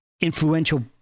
influential